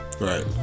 right